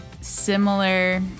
similar